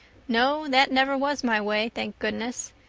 no, that never was my way, thank goodness.